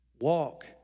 Walk